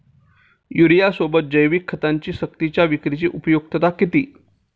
युरियासोबत जैविक खतांची सक्तीच्या विक्रीची उपयुक्तता किती?